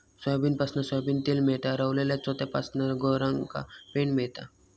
सोयाबीनपासना सोयाबीन तेल मेळता, रवलल्या चोथ्यापासना गोरवांका पेंड मेळता